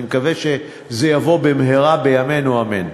אני מקווה שזה יבוא במהרה בימינו, אמן.